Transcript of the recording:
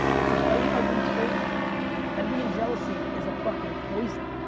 it's a very ugly trait, envy and jealousy is a fucking poison.